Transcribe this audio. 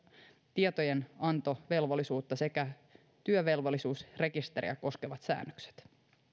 tietojenantovelvollisuutta sekä työvelvollisuusrekisteriä koskevat säännökset